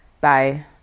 bye